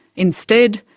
instead,